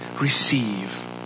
receive